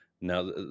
Now